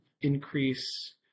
increase